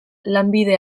lanbide